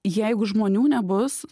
jeigu žmonių nebus